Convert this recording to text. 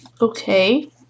Okay